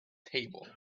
table